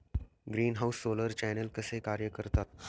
Greenhouse solar channel कसे कार्य करतात?